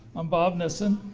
i'm bob neisson